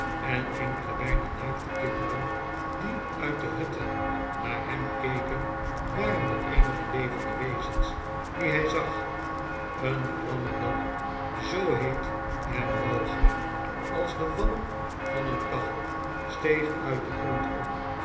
en enkele bijna naakte kinderen die uit de hutten naar hem keken waren de eenige levende wezens die hij zag een klamme damp zoo heet en walgelijk als de walm van een kachel steeg uit den grond op